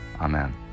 Amen